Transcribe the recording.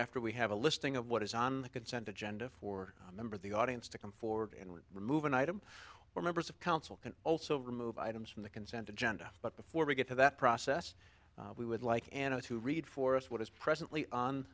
after we have a listing of what is on the consent agenda for a member of the audience to come forward and remove an item where members of council can also remove items from the consent agenda but before we get to that process we would like to read for us what is presently on